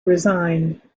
resigned